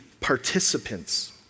participants